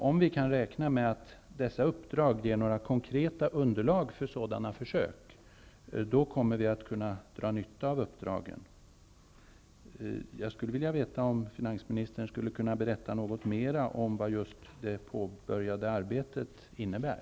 Om vi kan räkna med att dessa uppdrag ger några konkreta underlag för sådana försök, kommer vi att kunna dra nytta av uppdragen. Kan finansministern berätta något mer om vad just det påbörjade arbetet innebär?